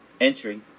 entry